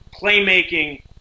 playmaking